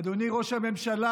אדוני ראש הממשלה,